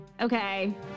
Okay